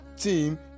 Team